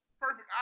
perfect